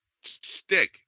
stick